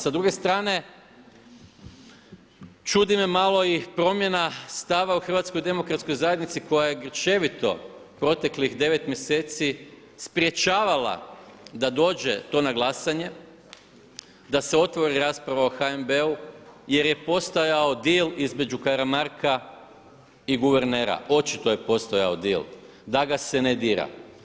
Sa druge strane čudi me malo i promjena stava u HDZ-u koja je grčevito proteklih 9 mjeseci sprječavala da dođe to na glasanje, da se otvori rasprava o HNB-u jer je postojao dil između Karamarka i guvernera, očito je postojao dil da ga se ne dira.